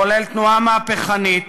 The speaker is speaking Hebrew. חולל תנועה מהפכנית